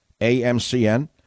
AMCN